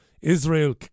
Israel